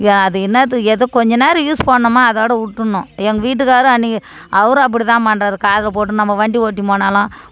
அது என்னாத்துக்கு எதோ கொஞ்சம் நேரம் யூஸ் பண்ணோமா அதோட விட்டுறணும் எங்கள் வீட்டுக்காரரும் அன்னைக்கு அவரும் அப்படிதான் பண்ணுறாரு காதில் போட்டுன்னு நம்ப வண்டி ஓட்டின்னு போனாலும்